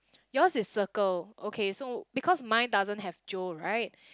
yours is circle okay so because mine doesn't have Joe right